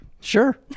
Sure